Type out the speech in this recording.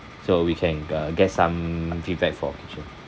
so we can uh get some feedback for kitchen